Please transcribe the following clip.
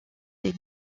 des